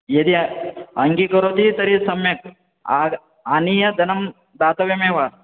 यदि अङ्गीकरोति तर्हि सम्यक् आग आनीय धनं दातव्यमेव